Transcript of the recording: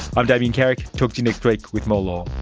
i'm damien carrick, talk to you next week with more law